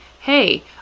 hey